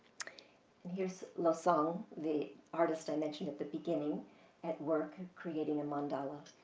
and here's losong, the artist i mentioned at the beginning at work, creating a mandala.